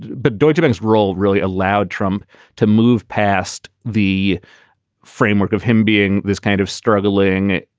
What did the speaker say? but deutsche bank's role really allowed trump to move past the framework of him being this kind of struggling,